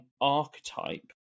archetype